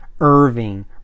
Irving